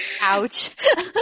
Ouch